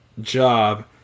job